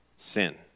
Sin